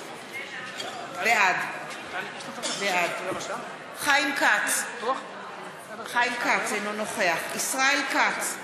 בעד חיים כץ, אינו נוכח ישראל כץ,